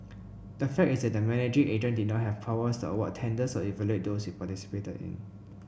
the fact is that the managing agent did not have powers to award tenders or evaluate those it participated in